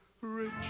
rich